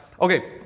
okay